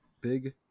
Big